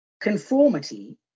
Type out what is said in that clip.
conformity